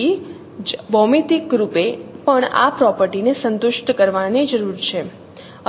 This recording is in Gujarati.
તેથી જ ભૌમિતિકરૂપે પણ આ પ્રોપર્ટી ને સંતુષ્ટ કરવાની જરૂર છે